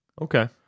Okay